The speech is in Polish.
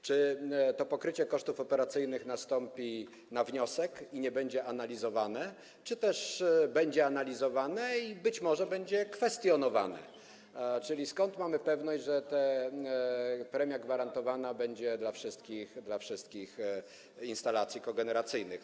Czy to pokrycie kosztów operacyjnych nastąpi na wniosek i nie będzie analizowane, czy też będzie analizowane i być może będzie kwestionowane, czyli skąd mamy pewność, że ta premia gwarantowana będzie dla wszystkich instalacji kogeneracyjnych?